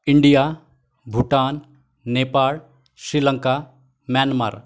India Bhutan Nepal Sri Lanka Myanmar